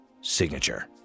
signature